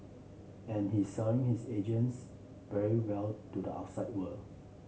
and he's selling his agency very well to the outside world